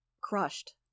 CRUSHED